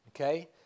okay